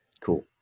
Cool